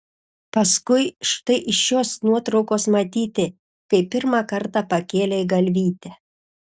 paskui štai iš šios nuotraukos matyti kai pirmą kartą pakėlei galvytę